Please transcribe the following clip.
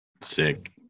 sick